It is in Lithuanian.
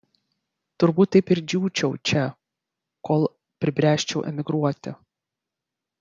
turbūt taip ir džiūčiau čia kol pribręsčiau emigruoti